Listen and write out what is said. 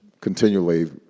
continually